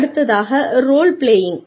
அடுத்ததாக role playing